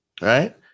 right